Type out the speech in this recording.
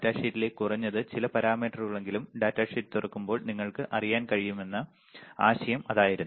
ഡാറ്റാഷീറ്റിലെ കുറഞ്ഞത് ചില പാരാമീറ്ററുകളെങ്കിലും ഡാറ്റാഷീറ്റ് തുറക്കുമ്പോൾ നിങ്ങൾക്ക് അറിയാൻ കഴിയുമെന്ന ആശയം അതായിരുന്നു